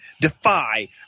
Defy